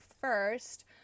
first